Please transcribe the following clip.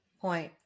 Point